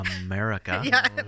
America